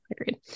agreed